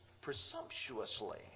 presumptuously